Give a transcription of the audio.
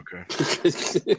Okay